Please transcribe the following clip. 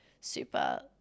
super